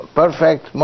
perfect